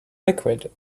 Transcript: liquid